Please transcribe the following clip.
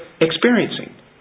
experiencing